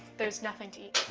there's nothing to eat